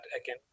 again